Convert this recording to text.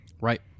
Right